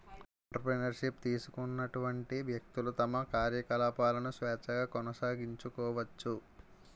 entrepreneur ship తీసుకున్నటువంటి వ్యక్తులు తమ కార్యకలాపాలను స్వేచ్ఛగా కొనసాగించుకోవచ్చు